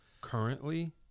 currently